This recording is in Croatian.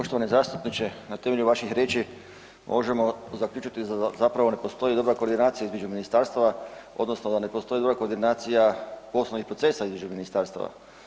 Poštovani zastupniče, na temelju vaših riječi možemo zaključiti zapravo da ne postoji dobra koordinacija između ministarstva, odnosno da ne postoji dobra koordinacija poslovnih procesa između ministarstava.